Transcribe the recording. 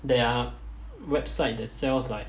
there are website that sells like